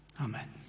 Amen